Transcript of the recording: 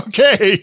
Okay